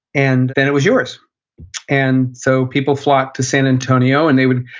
and then it was yours and so people flocked to san antonio, and they would